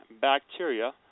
bacteria